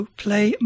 play